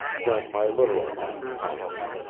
then my literal mind triumphs.